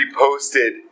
reposted